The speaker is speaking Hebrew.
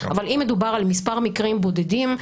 אבל אם מדובר על מספר מקרים בודדים,